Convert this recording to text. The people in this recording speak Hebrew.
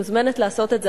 מוזמנת לעשות את זה.